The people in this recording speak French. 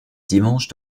dimanche